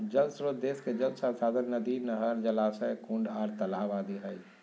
जल श्रोत देश के जल संसाधन नदी, नहर, जलाशय, कुंड आर तालाब आदि हई